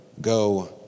go